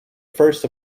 first